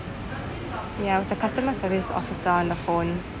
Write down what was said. ya it was a customer service officer on the phone